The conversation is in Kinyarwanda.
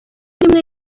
rimwe